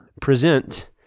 present